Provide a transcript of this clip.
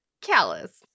Callous